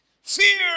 Fear